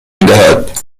میدهد